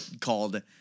called